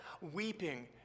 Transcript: weeping